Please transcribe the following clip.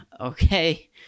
Okay